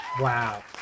Wow